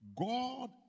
God